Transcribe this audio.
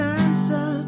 answer